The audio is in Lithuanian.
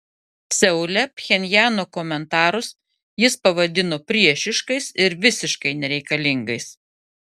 seule pchenjano komentarus jis pavadino priešiškais ir visiškai nereikalingais